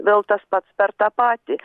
vėl tas pats per tą patį